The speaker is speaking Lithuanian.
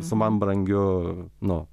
su man brangiu nu